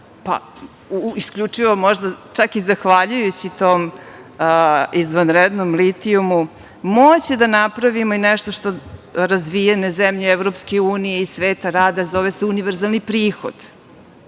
isključivo možda, čak i zahvaljujući tom izvanrednom litijumu moći da napravimo i nešto što razvijene zemlje EU i sveta rade, a zove se univerzalni prihod